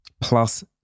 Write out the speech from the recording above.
plus